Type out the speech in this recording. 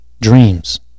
dreams